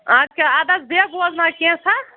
اَد کیاہ اَدٕ حظ بیٚیہِ بوزناو کینٛہہ ژھاہ